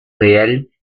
réels